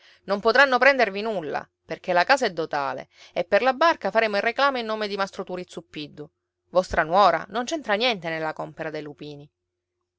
non potranno prendervi nulla perché la casa è dotale e per la barca faremo il reclamo in nome di mastro turi zuppiddu vostra nuora non c'entra nella compera dei lupini